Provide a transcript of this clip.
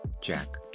Jack